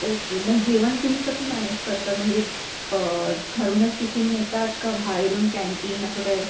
okay मग जेवण तुम्ही कसं मॅनेज करतात म्हणजे घरूनच टिफिन नेतात का बाहेरून कॅन्टीन असं काय